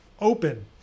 open